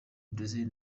brazil